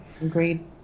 Agreed